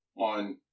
on